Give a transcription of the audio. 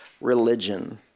religion